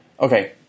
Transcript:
Okay